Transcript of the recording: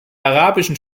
arabischen